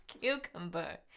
Cucumber